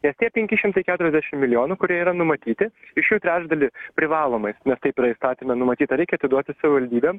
nes tie penki šimtai keturiasdešim milijonų kurie yra numatyti iš jų trečdalį privalomais nes taip yra įstatyme numatyta reikia atiduoti savivaldybėm